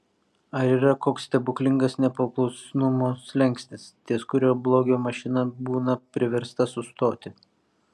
ar yra koks stebuklingas nepaklusnumo slenkstis ties kuriuo blogio mašina būna priversta sustoti